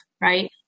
right